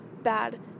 Bad